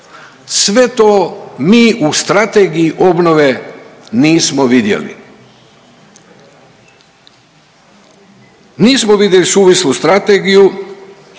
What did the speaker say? Sve to mi u Strategiji obnove mi nismo vidjeli. Nismo vidjeli suvislu strategiju,